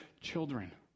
children